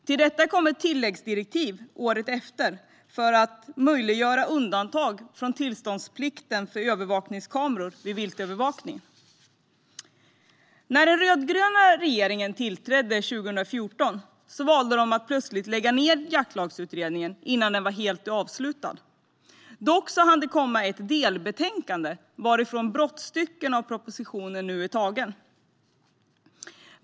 Till detta kom ett tilläggsdirektiv året efter för att möjliggöra undantag från tillståndsplikten för övervakningskameror vid viltövervakning. När den rödgröna regeringen tillträdde 2014 valde den att plötsligt lägga ned Jaktlagsutredningen innan den var helt avslutad. Dock hann det komma ett delbetänkande, varifrån brottstycken har tagits till propositionen.